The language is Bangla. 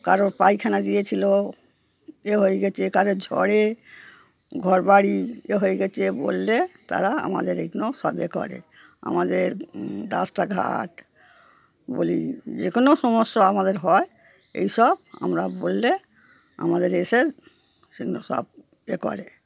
কারোর পায়খানা দিয়েছিল এ হয়ে গিয়েছে কারোর ঝড়ে ঘরবাড়ি এ হয়ে গিয়েছে বললে তারা আমাদের এইগুলো সব এ করে আমাদের রাস্তাঘাট বলি যে কোনো সমস্যা আমাদের হয় এইসব আমরা বললে আমাদের এসে সেগুলো সব এ করে